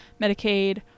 Medicaid